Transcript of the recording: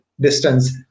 distance